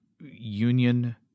union